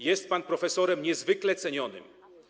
Jest pan profesorem niezwykle cenionym.